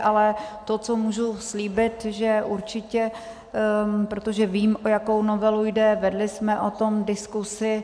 Ale to, co můžu slíbit, že určitě protože vím, o jakou novelu jde, vedli jsme o tom diskuzi.